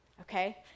okay